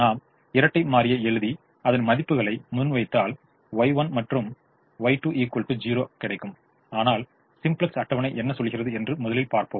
நாம் இரட்டை மாறியை எழுதி அதன் மதிப்புகளை முன்வைத்தால் Y1 மற்றும் Y2 ௦ கிடைக்கும் ஆனால் சிம்ப்ளக்ஸ் அட்டவணை என்ன சொல்கிறது என்று முதலில் பார்ப்போம்